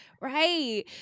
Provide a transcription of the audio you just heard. Right